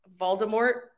Voldemort